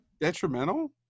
Detrimental